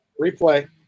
Replay